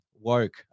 woke